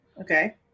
Okay